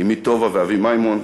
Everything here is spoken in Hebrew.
אמי טובה ואבי מימון.